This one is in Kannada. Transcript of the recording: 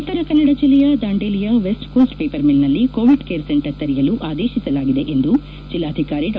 ಉತ್ತರಕನ್ನಡ ಜಿಲ್ಲೆಯ ದಾಂಡೇಲಿಯ ವೆಸ್ಟ್ಕೋಸ್ಟ್ ಪೇಪರ್ ಮಿಲ್ನಲ್ಲಿ ಕೋವಿಡ್ ಕೇರ್ ಸೆಂಟರ್ ತೆರೆಯಲು ಆದೇಶಿಸಲಾಗಿದೆ ಎಂದು ಜಿಲ್ಲಾಧಿಕಾರಿ ಡಾ